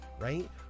right